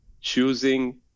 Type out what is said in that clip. choosing